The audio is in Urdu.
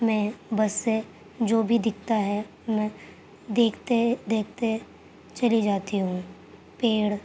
میں بس سے جو بھی دکھتا ہے میں دیکھتے دیکھتے چلی جاتی ہوں پیڑ